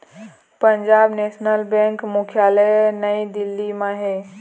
Punjab National Bank मुख्यालय नई दिल्ली म हे